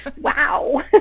wow